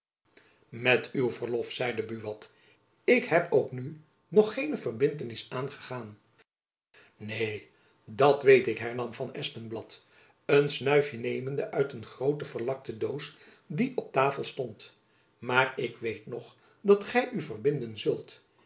met uw verlof zeide buat ik heb ook nu nog geene verbintenis aangegaan neen dat weet ik hernam van espenblad een snuifjen nemende uit een groote verlakte doos die op tafel stond maar ik weet ook dat gy u verbinden zult